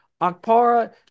Akpara